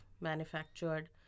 manufactured